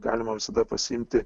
galima visada pasiimti